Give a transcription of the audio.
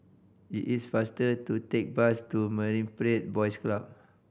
it is faster to take bus to Marine Parade Boys Club